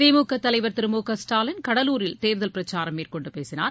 திமுக தலைவர் திரு மு க ஸ்டாலின் கடலூரில் தேர்தல் பிரச்சாரம் மேற்கொண்டு பேசினார்